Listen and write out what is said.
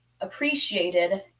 appreciated